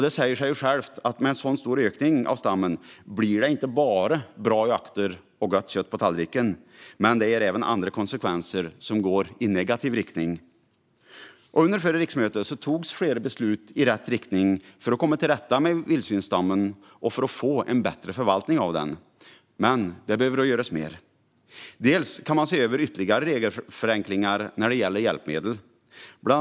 Det säger sig självt att med en så stor ökning av stammen blir det inte bara bra jakter och gott kött på tallriken. Det ger även andra konsekvenser, som går i negativ riktning. Under förra riksmötet togs flera beslut i rätt riktning för att komma till rätta med vildsvinsstammen och få en bättre förvaltning. Men mer behöver göras. Man kan bland annat se över ytterligare regelförenklingar när det gäller hjälpmedel.